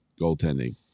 goaltending